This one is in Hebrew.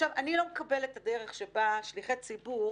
אני לא מקבלת את הדרך שבה שליחי ציבור